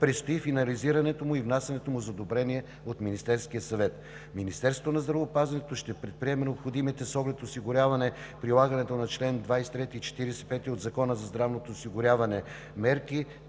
Предстои финализирането му и внасянето му за одобрение в Министерския съвет. Министерството на здравеопазването ще предприеме необходимите мерки с оглед осигуряване прилагането на чл. 23 и чл. 45 от Закона за здравното осигуряване,